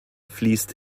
fließt